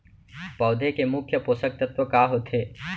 पौधे के मुख्य पोसक तत्व का होथे?